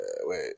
wait